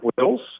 wills